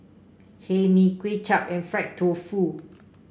Hae Mee Kuay Chap and Fried Tofu